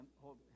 hold